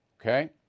okay